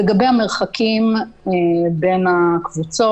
לגבי המרחקים בין הקבוצות,